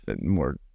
more